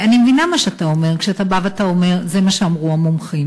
אני מבינה מה שאתה אומר כשאתה בא ואתה אומר: זה מה שאמרו המומחים.